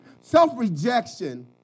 Self-rejection